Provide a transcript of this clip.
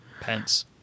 Pence